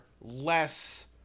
less